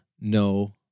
no